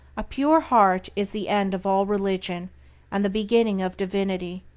a pure heart is the end of all religion and the beginning of divinity.